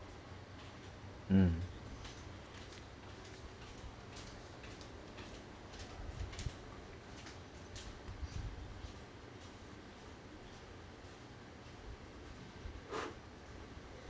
mm